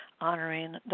honoring